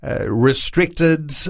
restricted